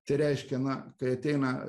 tai reiškia na kai ateina